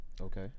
Okay